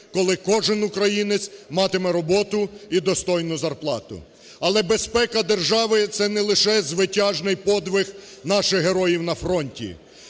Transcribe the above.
коли кожен українець матиме роботу і достойну зарплату. Але безпека держави це не лише звитяжний подвиг наших героїв на фронті,